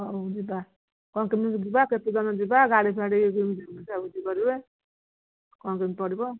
ହ ହଉ ଯିବା କଣ କେମିତି ଯିବା କେତେ ଜଣ ଯିବା ଗାଡ଼ି ଫାଡ଼ି ଏମିତି ବୁଝାବୁଝି କରିବେ କଣ କେମିତି ପଡ଼ିବ